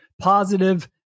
positive